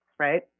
right